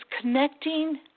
connecting